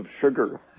sugar